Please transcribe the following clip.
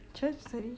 church story